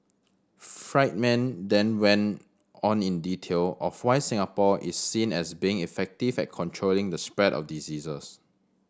Friedman then went on in detail of why Singapore is seen as being effective at controlling the spread of diseases